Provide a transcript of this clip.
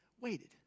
waited